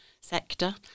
sector